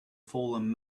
fallen